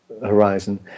horizon